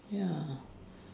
ya